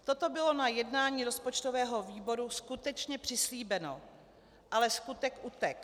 Toto bylo na jednání rozpočtového výboru skutečně přislíbeno, ale skutek utek.